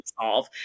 solve